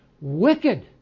wicked